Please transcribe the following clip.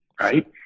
right